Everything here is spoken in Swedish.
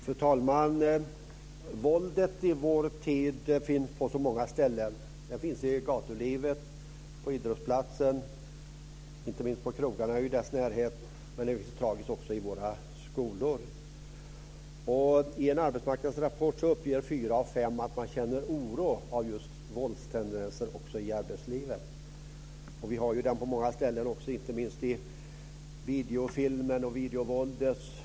Fru talman! Våldet i vår tid finns på så många ställen. Det finns i gatulivet, på idrottsplatsen, inte minst på krogarna och i deras närhet och tragiskt också i våra skolor. I en arbetsmarknadsrapport uppger fyra av fem att de känner oro över våldstendenser också i arbetslivet. Vi har våldet också på många andra ställen. Det gäller inte minst videovåld.